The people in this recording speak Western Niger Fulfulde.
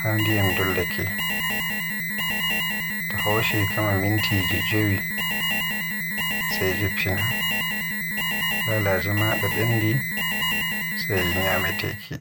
haa ndiyam dollake, to hoshi kama mintiji jowi sai jiffina. Lalaje maada bendi, sai ñyamateki.